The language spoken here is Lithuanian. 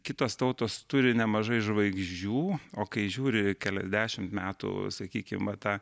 kitos tautos turi nemažai žvaigždžių o kai žiūri keliasdešimt metų sakykim va tą